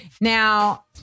Now